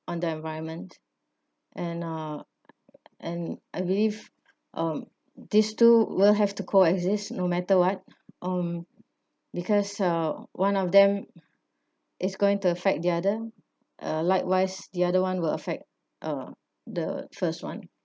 on the environment and uh and I believe um these two will have to coexist no matter what um because uh one of them is going to affect the other uh likewise the other [one] will affect uh the first [one]